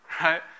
Right